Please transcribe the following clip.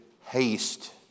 haste